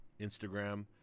Instagram